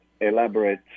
elaborate